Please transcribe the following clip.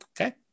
Okay